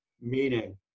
meaning